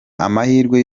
amahirwe